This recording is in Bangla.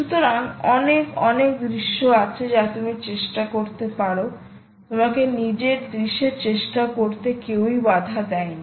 সুতরাং অনেক অনেক দৃশ্য আছে যা তুমি চেষ্টা করতে পারো তোমাকে নিজের দৃশ্যের চেষ্টা করতে কেউই বাধা দেয় নি